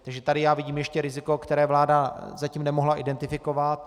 Takže tady já ještě vidím riziko, které vláda zatím nemohla identifikovat.